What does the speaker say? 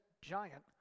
giant